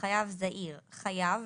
"חייב זעיר" חייב,